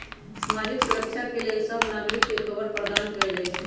सामाजिक सुरक्षा लेल सभ नागरिक के कवर प्रदान कएल जाइ छइ